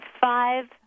five